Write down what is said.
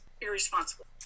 irresponsible